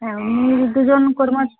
হ্যাঁ দুজন